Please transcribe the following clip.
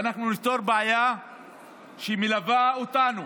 ואנחנו נפתור בעיה שמלווה אותנו,